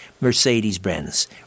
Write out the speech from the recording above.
Mercedes-Benz